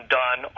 done